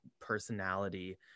personality